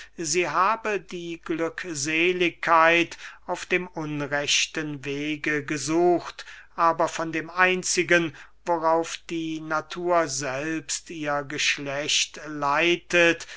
sie habe die glückseligkeit auf dem unrechten wege gesucht aber von dem einzigen worauf die natur selbst ihr geschlecht leitet